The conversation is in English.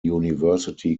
university